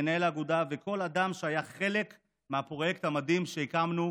מנהל האגודה וכל אדם שהיה חלק מהפרויקט המדהים שהקמנו,